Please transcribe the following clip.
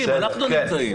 לא אאפשר לך להשמיע שקרים.